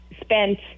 spent